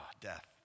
death